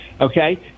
Okay